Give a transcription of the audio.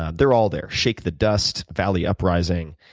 ah they're all there. shake the dust, valley up-rising,